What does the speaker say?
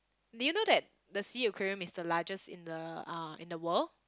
do you know that the S_E_A-Aquarium is the largest in the uh in the world